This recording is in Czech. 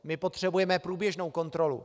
My potřebujeme průběžnou kontrolu.